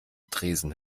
tresen